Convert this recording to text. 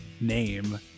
name